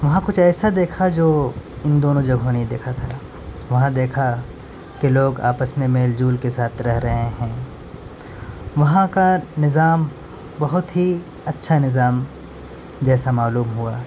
وہاں کچھ ایسا دیکھا جو ان دونوں جگہوں نہیں دیکھا تھا وہاں دیکھا کہ لوگ آپس میں میل جول کے ساتھ رہ رہے ہیں وہاں کا نظام بہت ہی اچھا نظام جیسا معلوم ہوا